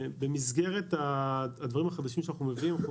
במסגרת הדברים החדשים שאנחנו מביאים יש